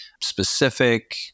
specific